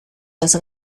los